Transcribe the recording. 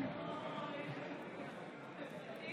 (קוראת בשמות חברי הכנסת)